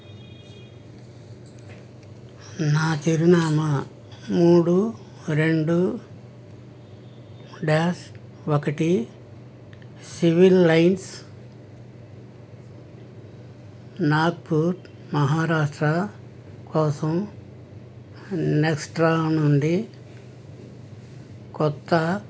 నా చిరునామా మూడు రెండు డ్యాష్ ఒకటి సివిల్ లైన్స్ నాగ్పూర్ మహారాష్ట్ర కోసం నెక్స్ట్రా నుండి కొత్త